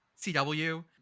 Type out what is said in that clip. CW